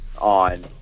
on